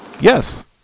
Yes